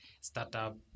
startup